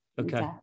okay